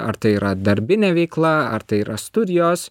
ar tai yra darbinė veikla ar tai yra studijos